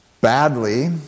badly